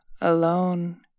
alone